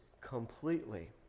completely